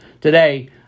Today